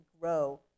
grow